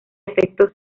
efecto